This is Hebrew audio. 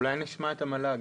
אולי נשמע את המל"ג?